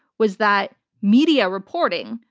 was that media reporting,